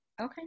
Okay